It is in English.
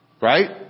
Right